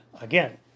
Again